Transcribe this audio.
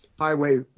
highway